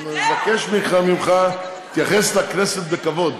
אני מבקש ממך, תתייחס לכנסת בכבוד.